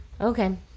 Okay